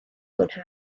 fwynhau